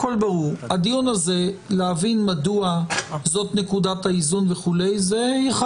הדיון לגבי נקודת האיזון הזאת זה אחד